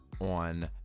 on